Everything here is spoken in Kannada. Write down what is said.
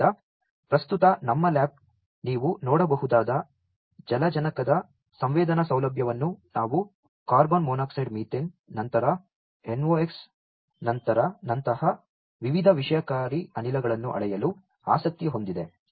ಆದ್ದರಿಂದ ಪ್ರಸ್ತುತ ನಮ್ಮ ಲ್ಯಾಬ್ ನೀವು ನೋಡಬಹುದಾದ ಜಲಜನಕದ ಸಂವೇದನಾ ಸೌಲಭ್ಯವನ್ನು ಮತ್ತು ಕಾರ್ಬನ್ ಮಾನಾಕ್ಸೈಡ್ ಮೀಥೇನ್ ನಂತರ NOx ನಂತಹ ವಿವಿಧ ವಿಷಕಾರಿ ಅನಿಲಗಳನ್ನು ಅಳೆಯಲು ಆಸಕ್ತಿ ಹೊಂದಿದೆ